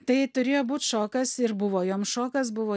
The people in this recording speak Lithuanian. tai turėjo būt šokas ir buvo jom šokas buvo